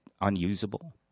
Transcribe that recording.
unusable